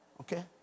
okay